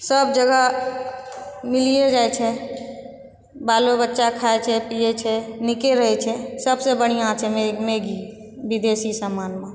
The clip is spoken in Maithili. सब जगह मिलिए जाइ छै बालो बच्चा खाइ छै पिए छै नीके रहै छै सबसँ बढ़िआँ छै मैगी विदेशी सामानमे